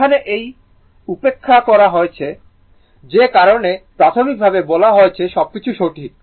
এখানে এটি উপেক্ষা করা হয়েছে যে কারণে প্রাথমিকভাবে বলা হয়েছে সবকিছু সঠিক